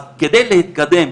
אז כדי להתקדם,